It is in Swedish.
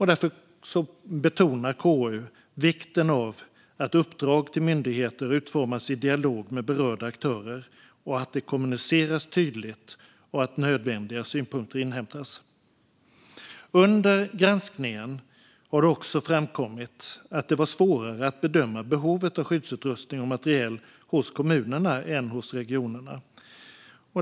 Därför betonar KU vikten av att uppdrag till myndigheter utformas i dialog med berörda aktörer, att det kommuniceras tydligt och att nödvändiga synpunkter inhämtas. Under granskningen har det också framkommit att det var svårare att bedöma behovet av skyddsutrustning och materiel hos kommunerna än hos regionerna.